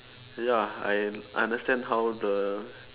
ya I understand how the